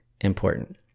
important